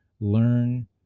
learn